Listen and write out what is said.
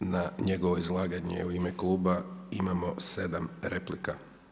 Na njegovo izlaganje u ime kluba imamo 7 replika.